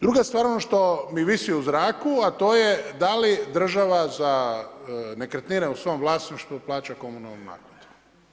Druga stvar ono što mi visi u zraku a to je da li država za nekretnine u svom vlasništvu plaća komunalnu naknadu?